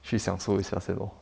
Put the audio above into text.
去享受一下先 lor